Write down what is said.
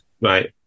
right